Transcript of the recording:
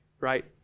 right